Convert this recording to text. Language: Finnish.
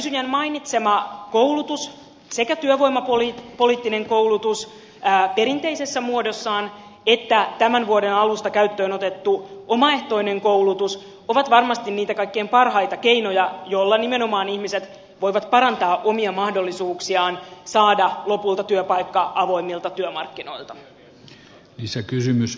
kysyjän mainitsema koulutus sekä työvoimapoliittinen koulutus perinteisessä muodossaan että tämän vuoden alusta käyttöön otettu omaehtoinen koulutus on varmasti niitä kaikkein parhaita keinoja joilla nimenomaan ihmiset voivat parantaa omia mahdollisuuksiaan saada lopulta työpaikka avoimilta työmarkkinoilta